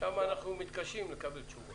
שם אנחנו מתקשים לקבל תשובות.